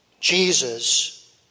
Jesus